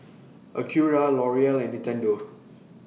Acura L'Oreal and Nintendo